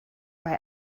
bei